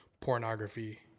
pornography